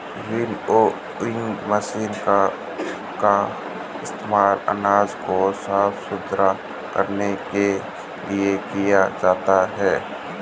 winnowing मशीनों का इस्तेमाल अनाज को साफ सुथरा करने के लिए किया जाता है